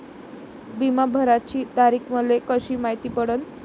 बिमा भराची तारीख मले कशी मायती पडन?